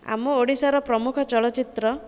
ଆମ ଓଡ଼ିଶାର ପ୍ରମୁଖ ଚଳଚିତ୍ର